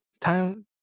time